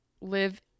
live